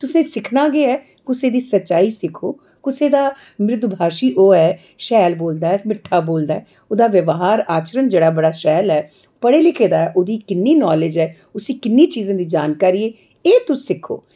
तुसें सिक्खना गै ऐ कुसै दी सच्चाई सिक्खो कुसै दा मृदभाशी होऐ शैल बोलदा ऐ मिट्ठा बोलदा ऐ ओह्दा व्यवहार आचरण जेह्ड़ा ऐ बड़ा शैल ऐ पढ़े लिखे दा ऐ ओह्दी किन्नी नालेज ऐ उसी किन्नी चीजें दी जानकारी ऐ एह् तुस सिक्खो